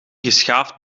geschaafd